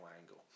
angle